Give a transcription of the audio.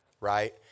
Right